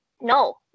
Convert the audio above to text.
no